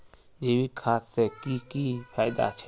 जैविक खाद से की की फायदा छे?